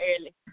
early